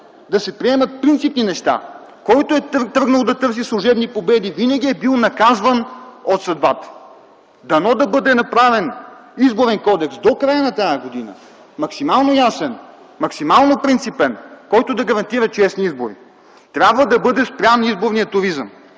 да се приемат принципни неща. Който е тръгнал да търси служебни победи, винаги е бил наказван от съдбата. Дано да бъде направен Изборен кодекс до края на тази година – максимално ясен, максимално принципен, който да гарантира честни избори. Трябва да бъде спрян изборният туризъм!